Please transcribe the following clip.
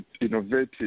innovative